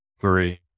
three